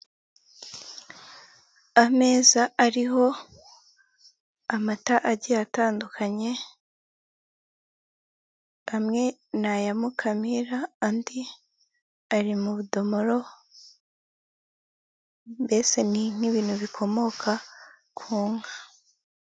Ameza ariho amata agiye atandukanye, amwe ni aya Mukamira, andi ari mu budomoro, mbese ni nk'ibintu bikomoka ku nka.